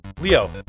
leo